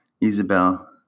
Isabel